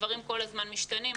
הדברים כל הזמן משתנים.